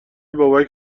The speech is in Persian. بابک